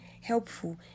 helpful